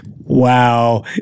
Wow